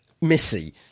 Missy